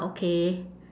okay